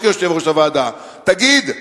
לא כיושב-ראש הוועדה: תגיד,